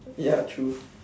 ya true